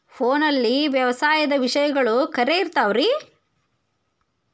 ಫೋನಲ್ಲಿ ವ್ಯವಸಾಯದ ವಿಷಯಗಳು ಖರೇ ಇರತಾವ್ ರೇ?